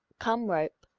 come rope!